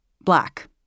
Black